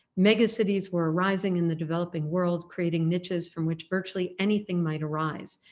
mega cities were arising in the developing world, creating niches from which virtually anything might arise.